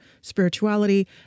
spirituality